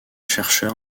chercheur